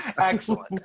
excellent